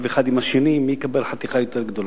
האחד עם השני מי יקבל חתיכה יותר גדולה.